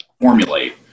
formulate